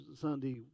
Sunday